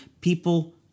people